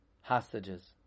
hostages